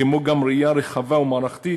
כמו גם ראייה רחבה ומערכתית,